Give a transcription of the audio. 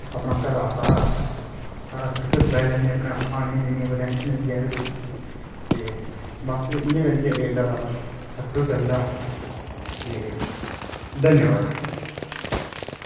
अपनां घरा दा सारा सर्कल चलाई लैन्ने खाना पीना घरे दी कोई टैंशन नी होंदी ऐ ते बस इयां करियै गै गेड्डा साढ़ा सर्कल चलदा ते धन्यवाद